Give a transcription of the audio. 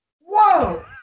Whoa